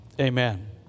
Amen